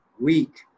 Weak